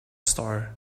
star